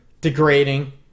degrading